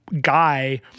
guy